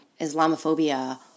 Islamophobia